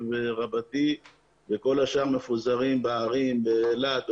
רבתי וכל השאר מפוזרים בערים כמו אילת,